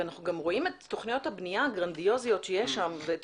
אנחנו גם רואים את תכניות הבניה הגרנדיוזיות שיש שם ואת